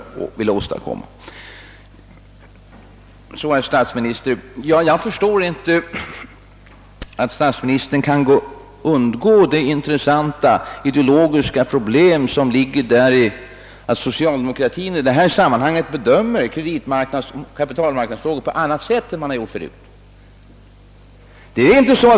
Jag förstår inte att statsministern kan undgå det intressanta ideologiska problem som ligger däri, att socialdemokratin i detta sammanhang bedömer kreditmarknadsoch kapitalmarknadsfrågorna på annat sätt än man har gjort förut.